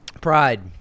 Pride